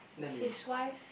his wife